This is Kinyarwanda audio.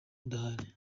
udahari